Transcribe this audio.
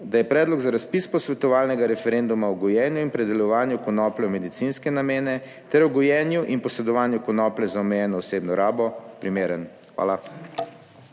da je predlog za razpis posvetovalnega referenduma o gojenju in predelovanju konoplje v medicinske namene, ter o gojenju in posedovanju konoplje za omejeno osebno rabo primeren. Hvala.